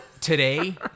today